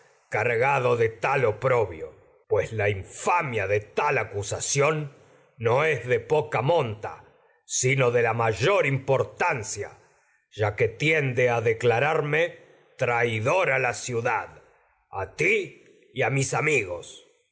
cargado de tal oprobio pues de tal acusación no la infamia de es de poca a monta sino la mayor a importancia ciudad a ti esa ya a que tiende declararme traidor la y mis amigos